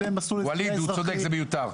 זה מיותר.